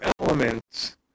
elements